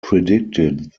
predicted